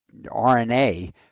RNA